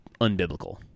unbiblical